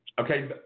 Okay